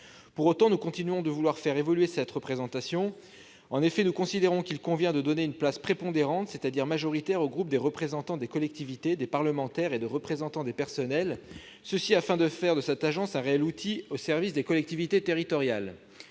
Pour autant, nous continuons de vouloir faire évoluer cette représentation. Nous considérons qu'il convient de donner une place prépondérante, c'est-à-dire majoritaire, au groupe des représentants des collectivités, des parlementaires et des représentants des personnels, afin de faire de cette agence un réel outil au service des collectivités territoriales.